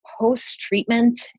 post-treatment